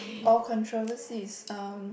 oh controversies um